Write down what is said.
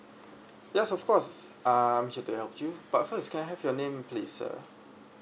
yes of course I'm here to help you but first can I have your name please sir